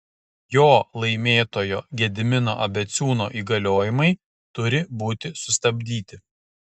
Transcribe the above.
jo laimėtojo gedimino abeciūno įgaliojimai turi būti sustabdyti